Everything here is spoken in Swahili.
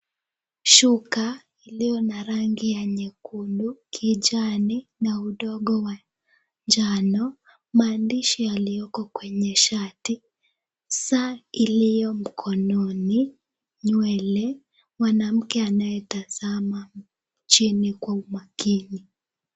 Shuka iliyo na rangi ya nyekundu, kijani na udongo wa njano, maandishi yaliyoko kwenye shati, saa iliyo mkononi, nywele, mwanamke anayetazama chini kwa umakini.